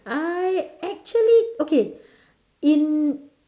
I actually okay in